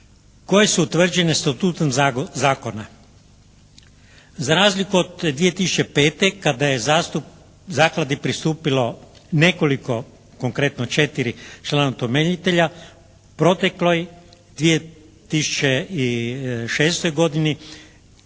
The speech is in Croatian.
koje su utvrđene institutom zakona. Za razliku od 2005. kada je Zakladi pristupilo nekoliko konkretno 4 člana utemeljitelja u protekloj 2006. godini